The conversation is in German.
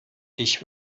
ich